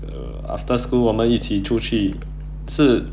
uh after school 我们一起出去是